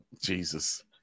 Jesus